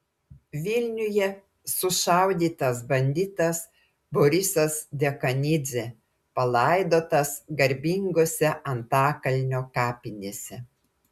vilniuje sušaudytas banditas borisas dekanidzė palaidotas garbingose antakalnio kapinėse